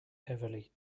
heavily